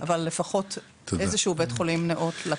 אבל לפחות איזשהו בית חולים ניאות.